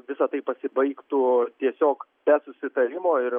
visa tai pasibaigtų tiesiog be susitarimo ir